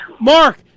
Mark